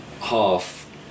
half